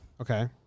Okay